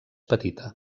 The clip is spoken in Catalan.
petita